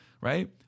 Right